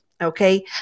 Okay